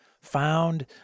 found